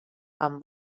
amb